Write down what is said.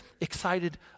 excited